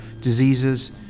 diseases